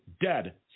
dead